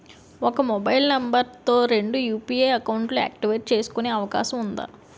ఒక mobile number తో రెండు యు.పి.ఐ అకౌంట్స్ యాక్టివేట్ చేసుకునే అవకాశం వుందా?